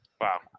Wow